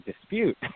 dispute